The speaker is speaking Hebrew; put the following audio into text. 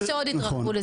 נקווה שעוד יצטרפו לזה.